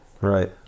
Right